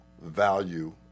value